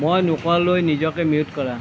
মই নোকোৱালৈ নিজকে মিউট কৰা